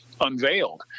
unveiled